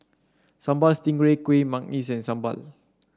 Sambal Stingray Kuih Manggis sambal